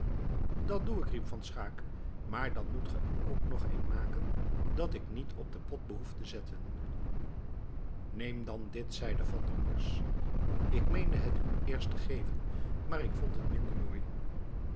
dat doe ik riep van schaeck maar dan moet ge er nog een maken dat ik niet op den pot behoef te zetten neem dan dit zeide van der morsch ik meende het u eerst te geven maar ik vond het minder mooi